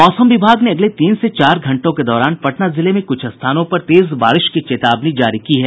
मौसम विभाग ने अगले तीन से चार घंटों के दौरान पटना जिले में कुछ स्थानों पर तेज बारिश की चेतावनी जारी की है